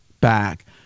back